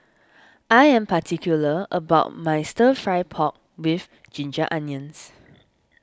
I am particular about my Stir Fry Pork with Ginger Onions